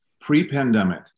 pre-pandemic